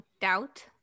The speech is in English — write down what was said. doubt